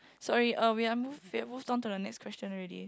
sorry uh we are move we have moved on to the next question already